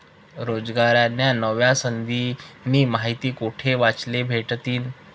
रोजगारन्या नव्या संधीस्नी माहिती कोठे वाचले भेटतीन?